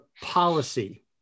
policy